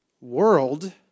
world